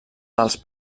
dels